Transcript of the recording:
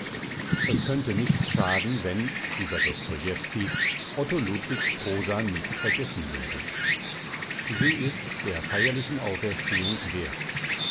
es könnte nicht schaden wenn über dostojewski otto ludwigs prosa nicht vergessen würde sie ist der feierlichen auferstehung wert